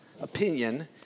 opinion